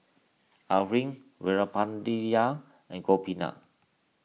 Arvind Veerapandiya and Gopinath